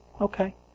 okay